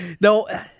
No